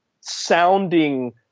sounding